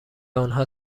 آنها